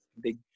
big